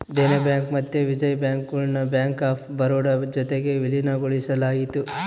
Dena bank ಮತ್ತೆ Vijaya bank ಗುಳ್ನ bank of Baroda ಜೊತಿಗೆ ವಿಲೀನಗೊಳಿಸಲಾಯಿತು